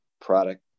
product